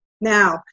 now